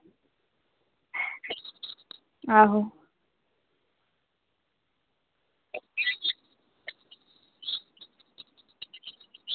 आहो